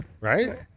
right